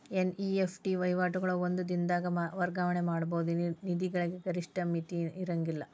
NEFT ವಹಿವಾಟುಗಳು ಒಂದ ದಿನದಾಗ್ ವರ್ಗಾವಣೆ ಮಾಡಬಹುದಾದ ನಿಧಿಗಳಿಗೆ ಗರಿಷ್ಠ ಮಿತಿ ಇರ್ಂಗಿಲ್ಲಾ